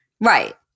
right